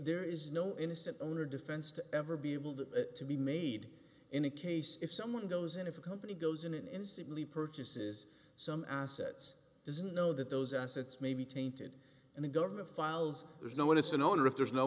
there is no innocent owner defense to ever be able to be made in a case if someone goes in if a company goes in an instantly purchases some assets doesn't know that those assets may be tainted and the government files there's no one is an owner if there's no